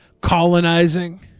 colonizing